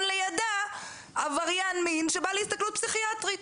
לידה עבריין מין שבא להסתכלות פסיכיאטרית.